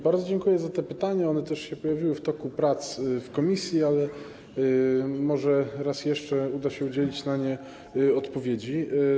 Bardzo dziękuję za te pytania, one też pojawiły się w toku prac komisji, ale może raz jeszcze uda się udzielić na nie odpowiedzi.